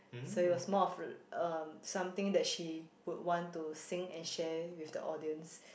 so it was more of uh something she would want to sing and share with the audience